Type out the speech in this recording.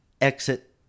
exit